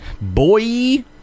Boy